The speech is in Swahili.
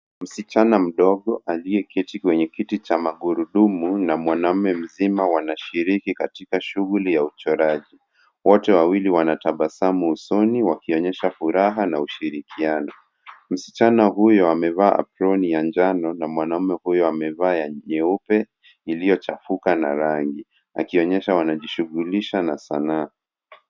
Msichana mdogo aliyeketi kwenye kiti cha magurudumu na mwanamume mzima wanashiriki katika shughuli ya uchoraji. Wote wawili wanatabasamu usoni wakionyesha furaha na ushirikiano. Msichana huyo amevaa aproni ya njano na mwanaume huyo amevaa nyeupe iliyochafuka na rangi akionyesha wanajishughulisha na sanaa.